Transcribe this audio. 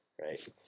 right